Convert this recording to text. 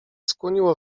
skłoniło